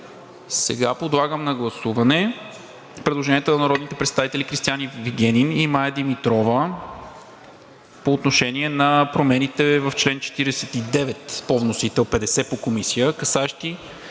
Сега подлагам на гласуване предложенията на народните представители Кристиан Вигенин и Мая Димитрова по отношение промените в чл. 49 – по вносител, чл. 50 – по Комисия, касаещи